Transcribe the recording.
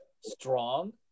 strong